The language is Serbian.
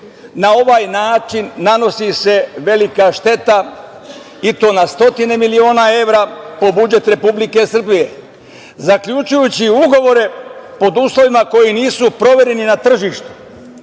na ovaj način nanosi se velika šteta, i to na stotine miliona evra po budžet Republike Srbije, zaključujući ugovore pod uslovima koji nisu provereni na tržištu.